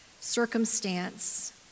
circumstance